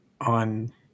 on